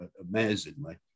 amazingly